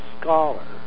scholar